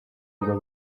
ngo